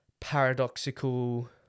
paradoxical